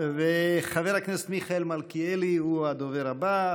חבר הכנסת מיכאל מלכיאלי הוא הדובר הבא.